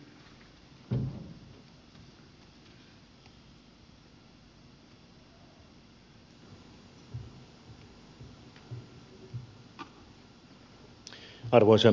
arvoisa herra puhemies